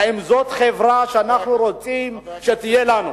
האם זאת החברה שאנחנו רוצים שתהיה לנו?